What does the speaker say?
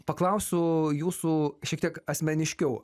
paklausiu jūsų šiek tiek asmeniškiau